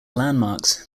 landmarks